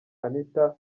anita